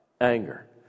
anger